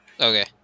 Okay